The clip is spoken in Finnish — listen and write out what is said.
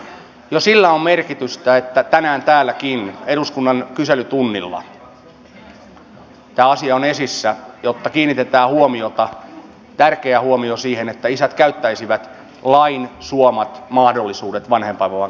toisekseen jo sillä on merkitystä että tänään täälläkin eduskunnan kyselytunnilla tämä asia on esissä jotta kiinnitetään huomiota tärkeä huomio siihen että isät käyttäisivät lain suomat mahdollisuudet vanhempainvapaan käyttöön